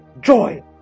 Joy